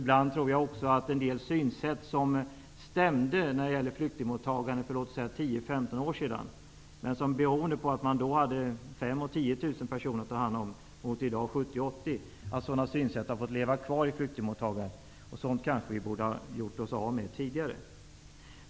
Jag tror också att en del synsätt -- som stämde när det gällde flyktingmottagandet för 10--15 år sedan, då man hade 5 000--10 000 personer att ta hand om, mot i dag 70 000--80 000 -- har fått leva kvar i flyktingmottagandet, trots att vi kanske borde ha gjort oss av med dem tidigare.